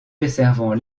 desservant